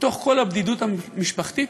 בתוך כל הבדידות המשפחתית,